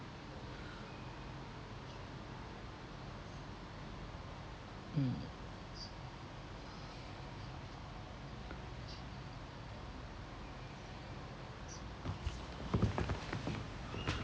mm